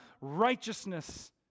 righteousness